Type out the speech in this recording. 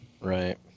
Right